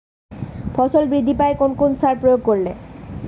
ফসল বৃদ্ধি পায় কোন কোন সার প্রয়োগ করলে?